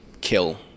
kill